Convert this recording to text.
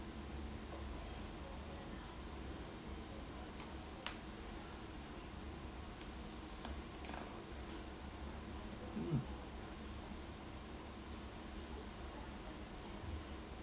mm